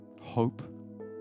hope